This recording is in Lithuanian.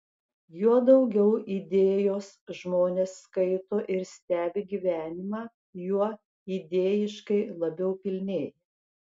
juo daugiau idėjos žmonės skaito ir stebi gyvenimą juo idėjiškai labiau pilnėja